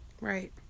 Right